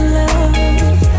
love